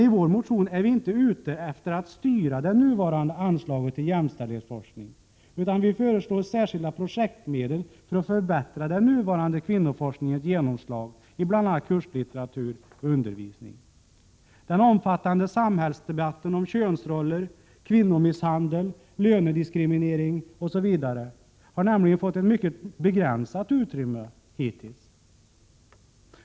I vår motion är vi emellertid inte ute efter att styra det nuvarande anslaget till jämställdhetsforskning, utan vi föreslår särskilda projektmedel för att förbättra den nuvarande kvinnoforskningens genomslag i bl.a. kurslitteratur och undervisning. Den omfattande samhällsdebatten om könsroller, kvinnomisshandel, lönediskriminering osv. har nämligen fått ett mycket begränsat utrymme hittills.